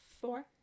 Four